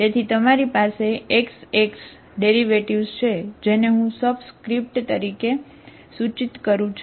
તેથી તમારી પાસે xx ડેરિવેટિવ્ઝ તરીકે સૂચિત કરું છું